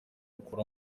akura